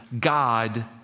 God